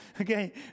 okay